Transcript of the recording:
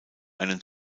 einen